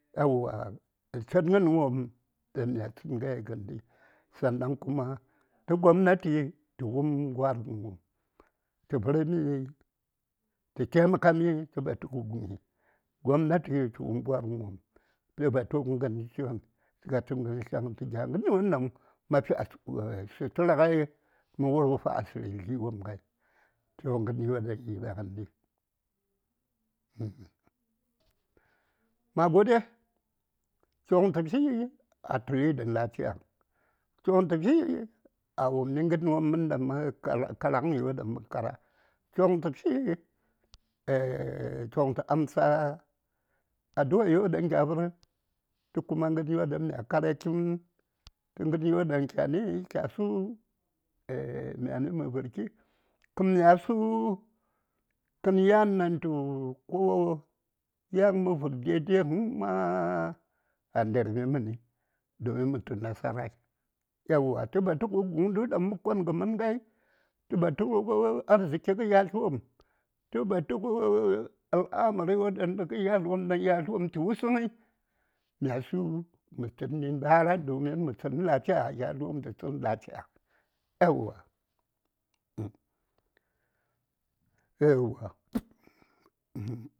﻿Yauwa th tsəngən wom ɗaŋ mya tsənŋai ŋəndi sannan kuma tə gobnati tə wum ŋwarŋən wom tə vərmi tə taimakami tə batu kə guŋ gobnati tə wum gwargənwom tə batu ŋən fiŋən tə ŋən tlyaŋən tə gya ŋərwon ɗaŋ ma fi sutura ŋai ma rufa asiri wom ŋai toh ŋəryo daŋ yi da ŋəndi ma gode choŋ tə fi a tu:li dən lafiya choŋ th fi a wummi ŋərwon mən daŋ mə kara chong tə fi choŋ tə amsa adua yo daŋ kya vər tə. kuma th ŋərwon daŋ mya kara kimən tə ŋərwon ɗaŋ kyasu myani vərki kən mya su yan dantu ko yan mə vər daidai həŋ ma a ndərmi məni domin mə tu nasarai yauwa tə batu guŋndu daŋ mə kon ŋə mən ŋai tə batu kə arziki kə yatlwom tə batu kə alamari won ɗaŋ nə kə yatl won ɗan nə yatlwom tə wusəŋnei myasu mə tsənni ndara domin mə tsən lafiya yatlwom tə tsənni lafiya yawon uhn yauwa.